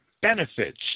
benefits